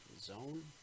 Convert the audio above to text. zone